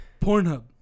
Pornhub